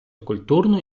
культурну